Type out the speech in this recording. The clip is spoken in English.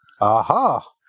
Aha